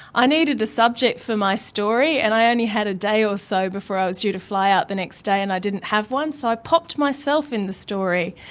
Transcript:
i needed a subject for my story and i i only had a day or so before i was due to fly out the next day and i didn't have one, so i popped myself in the story.